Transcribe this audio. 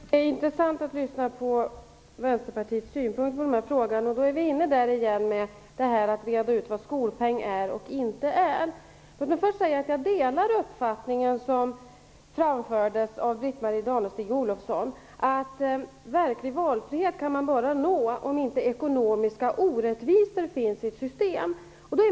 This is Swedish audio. Herr talman! Det är intressant att lyssna till Vänsterpartiets synpunkter i denna fråga. Vi kommer därmed åter in på diskussionen om vad skolpeng är och inte är. Jag delar Britt-Marie Danestig-Olofssons uppfattning att verklig valfrihet kan nås bara om systemet inte innehåller ekonomiska orättvisor.